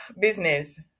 business